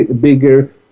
bigger